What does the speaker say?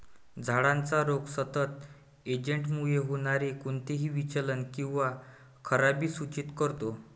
झाडाचा रोग सतत एजंटमुळे होणारे कोणतेही विचलन किंवा खराबी सूचित करतो